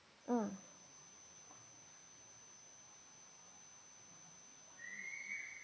mm